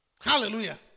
Hallelujah